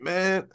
Man